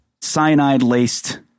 cyanide-laced